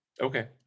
Okay